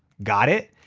got it?